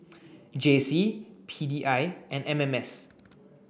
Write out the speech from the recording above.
J C P D I and M M S